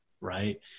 right